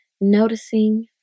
Noticing